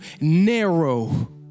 narrow